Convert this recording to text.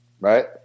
right